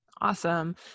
Awesome